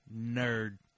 nerd